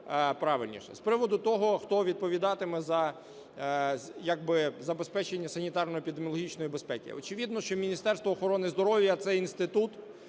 З приводу того, хто відповідатиме за як би забезпечення санітарно-епідеміологічної безпеки. Очевидно, що Міністерство охорони здоров'я – це інститут,